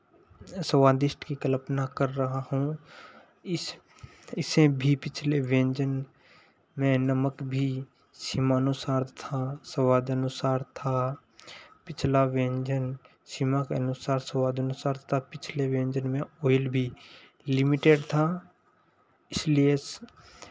स्वादिष्ट की कल्पना कर रहा हूँ इस इसे भी पिछले व्यंजन में नमक भी सीमानुसार था स्वाद अनुसार था पिछला व्यंजन सीमा के अनुसार स्वाद अनुसार तथा पिछले व्यंजन में ओएल बी लिमिटेड था इसलिए